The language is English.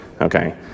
okay